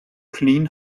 clean